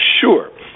sure